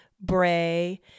bray